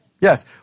Yes